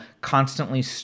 constantly